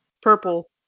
Purple